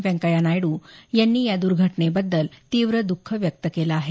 व्यंकय्या नायडू यांनी या दुर्घटनेबद्दल तीव्र दुःख व्यक्त केलं आहे